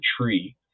tree